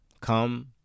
come